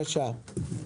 זה?